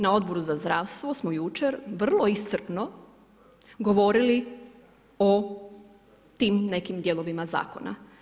Na Odboru za zdravstvo smo jučer vrlo iscrpno govorili o tim nekim dijelovima zakona.